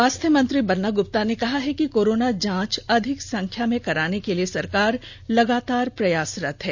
स्वास्थ्य मंत्री बन्ना ग्रप्ता ने कहा है कि कोरोना जांच अधिक संख्या में कराने के लिए सरकार लगातार प्रयासरत है